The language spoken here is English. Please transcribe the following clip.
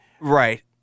Right